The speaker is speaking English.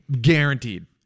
Guaranteed